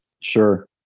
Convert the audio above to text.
sure